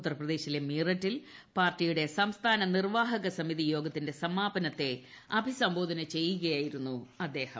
ഉത്തർപ്രദേശിലെ മീററ്റിൽ പാർട്ടിയുടെ സംസ്ഥാന നിർവ്വാഹക സമിതി യോഗത്തിന്റെ സമാപനത്തെ അഭിസംബോധന ചെയ്യുകയായിരുന്നു അദ്ദേഹം